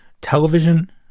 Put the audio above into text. television